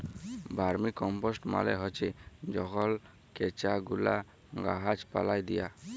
vermicompost মালে হছে যখল কেঁচা গুলা গাহাচ পালায় দিয়া